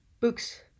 books